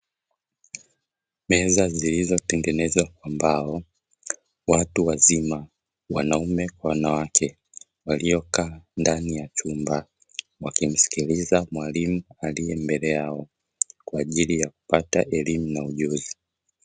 Meza zilizotengenezwa kwa mbao watu wazima wanaume kwa wanawake, waliokaa ndani ya chumba wakimsikiliza mwalimu aliye mbele yao, kwa ajili ya kupata elimu na ujuzi.